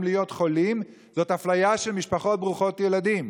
להיות חולים זאת אפליה של משפחות ברוכות ילדים,